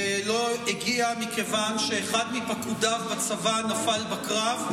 לא הגיע מכיוון שאחד מפקודיו בצבא נפל בקרב,